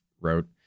wrote